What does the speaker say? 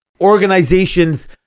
organizations